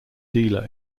dealer